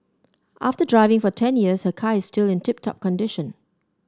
after driving for ten years her car is still in tip top condition